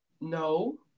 no